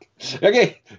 Okay